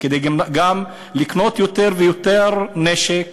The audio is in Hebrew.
כדי גם לקנות יותר ויותר נשק